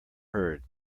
heard